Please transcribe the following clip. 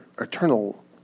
eternal